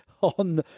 on